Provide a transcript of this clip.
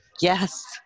yes